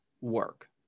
work